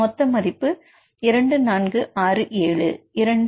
மொத்த மதிப்பு 2 4 6 7 2